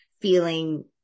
feeling